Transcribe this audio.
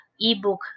ebook